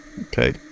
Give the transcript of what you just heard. Okay